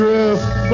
Drift